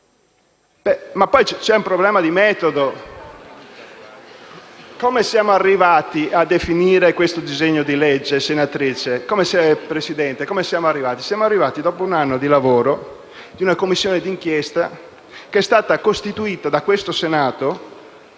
è inoltre un problema di metodo. Come siamo arrivati a definire questo disegno di legge, Presidente? Ci siamo arrivati dopo un anno di lavoro di una Commissione d'inchiesta, costituita dal Senato